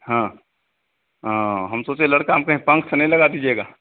हाँ हाँ हम सोचे लड़का हम कहें पंख तो नहीं लगा दीजिएगा